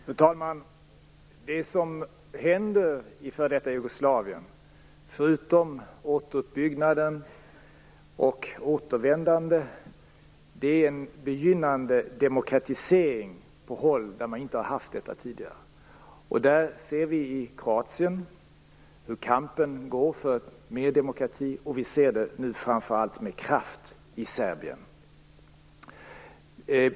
Fru talman! Det som händer i f.d. Jugoslavien - förutom återuppbyggnad och återvändande - är en begynnande demokratisering på håll där detta inte tidigare funnits. I Kroatien ser vi hur kampen för mera demokrati går, och vi ser att det sker med kraft framför allt i Serbien.